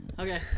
Okay